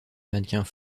mannequins